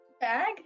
Bag